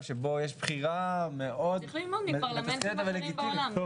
שבו יש בחירה מאוד --- צריך ללמוד מפרלמנטים אחרים בעולם.